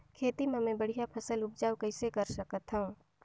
खेती म मै बढ़िया फसल उपजाऊ कइसे कर सकत थव?